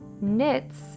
Knits